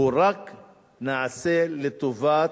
נעשה רק לטובת,